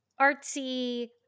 artsy